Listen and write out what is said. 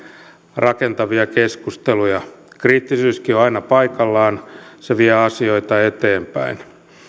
rakentavia keskusteluja kriittisyyskin on aina paikallaan se vie asioita eteenpäin